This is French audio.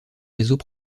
réseaux